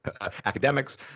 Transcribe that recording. academics